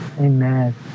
Amen